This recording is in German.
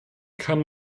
kann